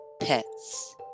pets